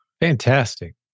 Fantastic